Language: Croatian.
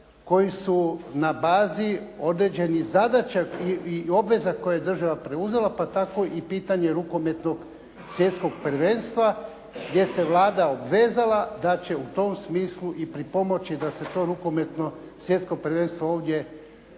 koji su na bazi određenih zadaća i obveza koje je država preuzela pa tako i pitanje rukometnog svjetskog prvenstva gdje se Vlada obvezala da će u tom smislu i pripomoći da se to rukometno svjetsko prvenstvo ovdje održi,